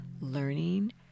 learning